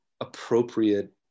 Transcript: appropriate